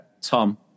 Tom